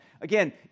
Again